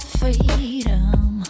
freedom